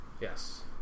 Yes